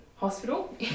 hospital